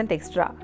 Extra